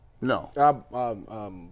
No